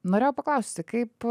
norėjau paklausti kaip